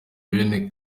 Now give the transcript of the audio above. bene